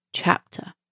chapter